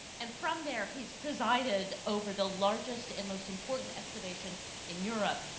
and from there, he's presided over the largest and most important excavation in europe.